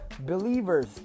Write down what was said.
believers